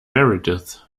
meredith